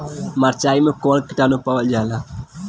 मारचाई मे कौन किटानु पावल जाला?